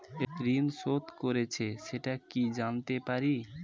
ঋণ শোধ করেছে সেটা কি জানতে পারি?